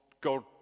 God